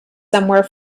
somewhere